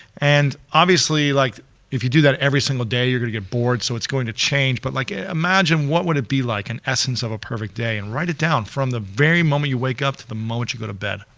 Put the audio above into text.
and obviously like if you do that every single day, you're gonna get bored, so it's going to change but like i imagine what would it be like, in essence of a perfect day and write it down from the very moment you wake up the moment you go to bed,